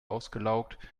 ausgelaugt